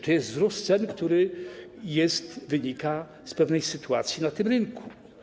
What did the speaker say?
To jest wzrost cen, który wynika z pewnej sytuacji na tym rynku.